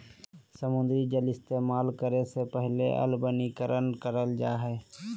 समुद्री जल इस्तेमाल करे से पहले अलवणीकरण करल जा हय